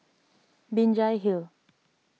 Binjai Hill